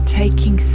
taking